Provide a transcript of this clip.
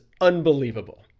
unbelievable